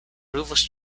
rufus